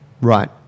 right